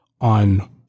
on